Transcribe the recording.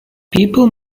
people